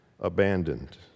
abandoned